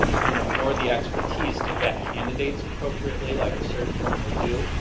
you know, nor the expertise to vet candidates appropriately like a search firm would do.